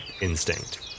instinct